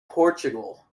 portugal